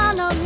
no